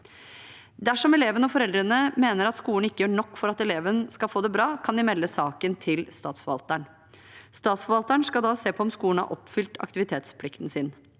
Dersom eleven og foreldrene mener at skolen ikke gjør nok for at eleven skal få det bra, kan de melde saken til statsforvalteren. Statsforvalteren skal da se på om skolen har oppfylt aktivitetsplikten sin.